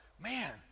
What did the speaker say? man